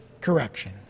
correction